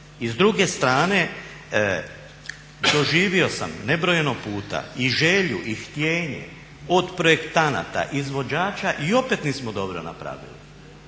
I s druge strane doživio sam nebrojeno puta i želju i htjenje od projektanata, izvođača i opet nismo dobro napravili.